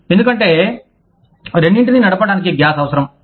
ఎందుకు ఎందుకంటే రెండింటినీ నడపడానికి గ్యాస్ అవసరం